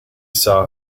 saw